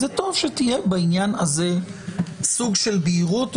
זה טוב שיהיה בעניין הזה סוג של בהירות,